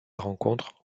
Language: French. rencontres